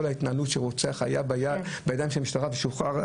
ההתנהלות שהרוצח היה בידיים של המשטרה ושוחרר.